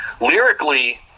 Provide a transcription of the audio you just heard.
Lyrically